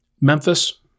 Memphis